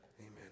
amen